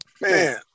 Man